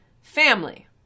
Family